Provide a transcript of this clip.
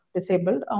disabled